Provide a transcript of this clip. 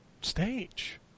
stage